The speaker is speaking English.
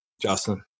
Justin